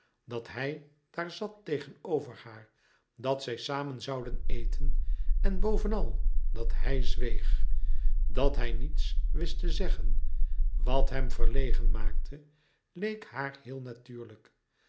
dat hij daar zat tegenover haar dat zij samen zouden eten en bovenal dat hij zweeg dat hij niets wist te zeggen wat hem verlegen maakte leek haar heel natuurlijk